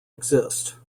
exist